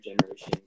generation